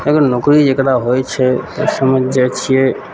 अगर नौकरी जकरा होइ छै तऽ समझि जाइ छियै